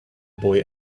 boy